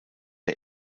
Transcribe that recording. der